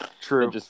True